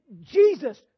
Jesus